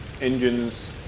engines